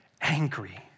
angry